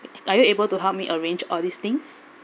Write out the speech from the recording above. are you able to help me arrange all these things